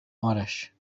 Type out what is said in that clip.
آرش